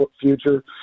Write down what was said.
future